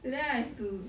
today I have to